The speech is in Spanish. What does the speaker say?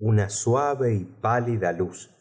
una suave y pálida luz